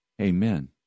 Amen